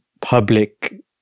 public